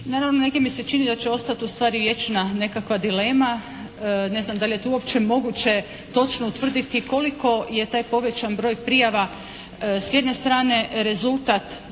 Naravno negdje mi se čini da će ostati ustvari vječna nekakva dilema. Ne znam da li je to uopće moguće točno utvrditi koliko je taj povećan broj prijava, s jedne strane rezultat